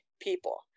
people